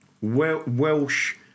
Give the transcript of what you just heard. Welsh